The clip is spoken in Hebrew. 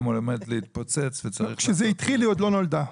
עומד להתפוצץ וצריך --- כשזה התחיל היא עוד לא נולדה.